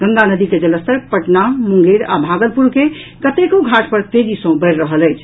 गंगा नदी के जलस्तर पटना मुंगेर आ भागलपुर के कतेको घाट पर तेजी सँ बढ़ि रहल अछि